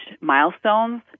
milestones